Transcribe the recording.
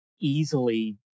easily